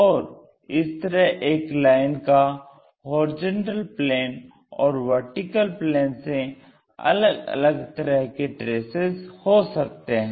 और इस तरह एक लाइन का HP और VP से अलग अलग तरह के ट्रेसेस हो सकते हैं